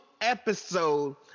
episode